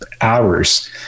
hours